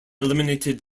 eliminated